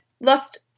lost